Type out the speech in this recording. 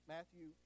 Matthew